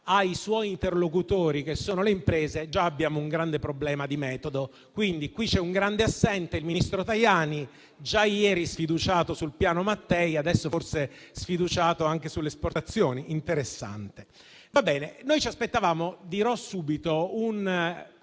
ai suoi interlocutori, che sono le imprese, abbiamo già un grande problema di metodo. Qui c'è un grande assente, il ministro Tajani, già ieri sfiduciato sul piano Mattei, adesso forse sfiduciato anche sulle esportazioni: interessante. Dirò subito che noi ci aspettavamo un